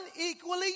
unequally